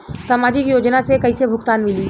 सामाजिक योजना से कइसे भुगतान मिली?